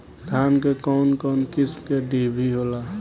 धान में कउन कउन किस्म के डिभी होला?